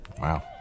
Wow